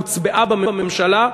הצביעו עליה בממשלה,